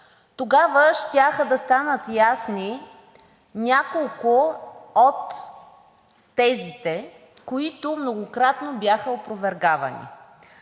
тогава щяха да станат ясни няколко от тезите, които многократно бяха опровергавани.